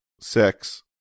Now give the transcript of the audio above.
Six